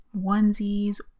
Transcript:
onesies